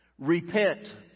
Repent